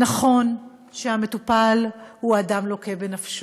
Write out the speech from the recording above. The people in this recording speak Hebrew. נכון שהמטופל הוא אדם לוקה בנפשו,